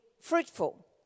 fruitful